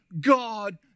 God